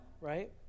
right